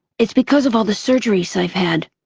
it's because of all the surgeries i've had.